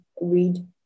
read